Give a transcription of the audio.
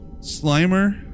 Slimer